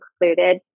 included